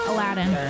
Aladdin